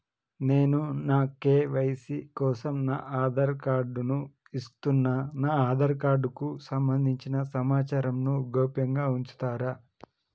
నేను నా కే.వై.సీ కోసం నా ఆధార్ కార్డు ను ఇస్తున్నా నా ఆధార్ కార్డుకు సంబంధించిన సమాచారంను గోప్యంగా ఉంచుతరా?